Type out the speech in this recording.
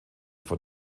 von